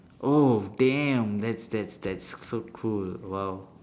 oh damn that's that's that's so cool !wow!